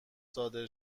صادر